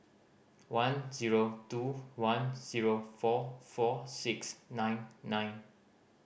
one zero two one zero four four six nine nine